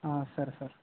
సరే సార్